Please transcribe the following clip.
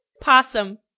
Possum